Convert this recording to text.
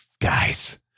guys